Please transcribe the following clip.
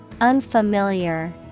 Unfamiliar